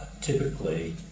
typically